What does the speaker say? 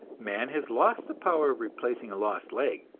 man has lost the power of replacing a lost leg,